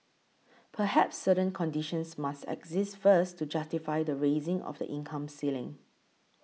perhaps certain conditions must exist first to justify the raising of the income ceiling